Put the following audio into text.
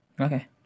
Okay